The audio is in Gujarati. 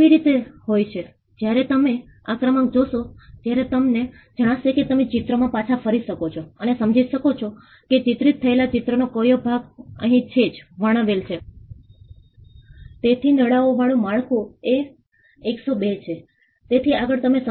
તેથી અમે જે કર્યું તે આપણે જુદા જુદા દ્રષ્ટિકોણથી આ બાબતને જુદા જુદા પરિપ્રેક્ષ્યથી જોઈ રહ્યા છીએ અમે કહી રહ્યા છીએ કે ભાગીદારીના માપદંડને નિર્ધારિત કરવાને બદલે સમુદાય જાતે જ ભાગ લેવાનો અર્થ શું છે તે ભાગીદારીના માપદંડો શું છે તે નિર્ધારિત કરે છે જેથી આપણે કહીએ કે આ કરો એ